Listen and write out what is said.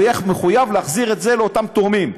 הוא יהיה מחויב להחזיר את זה לאותם תורמים.